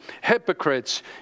Hypocrites